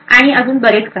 आणि अजून बरेच काही